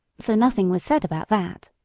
so nothing was said about that.